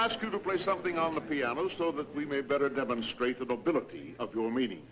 i ask you to play something on the piano so that we may better demonstrate the ability of your meeting